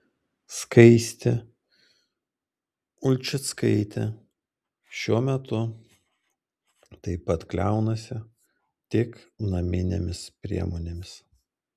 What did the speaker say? skaistė ulčickaitė šiuo metu taip pat kliaunasi tik naminėmis priemonėmis